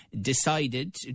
decided